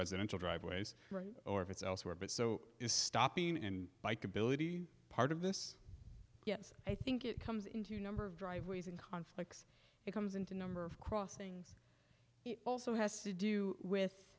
residential driveways or if it's elsewhere but so is stopping and bikeability part of this yes i think it comes in to number of driveways and conflicts it comes into a number of crossings also has to do with